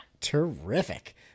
Terrific